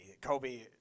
Kobe